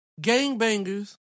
gangbangers